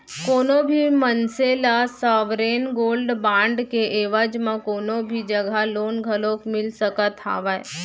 कोनो भी मनसे ल सॉवरेन गोल्ड बांड के एवज म कोनो भी जघा लोन घलोक मिल सकत हावय